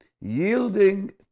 yielding